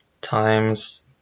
times